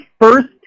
first